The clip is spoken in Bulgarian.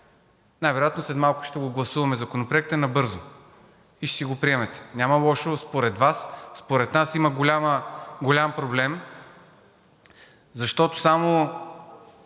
Най-вероятно ще си гласуваме Законопроекта набързо и ще си го приемете. Няма лошо според Вас. Според нас има голям проблем, защото само